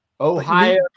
Ohio